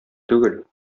түгел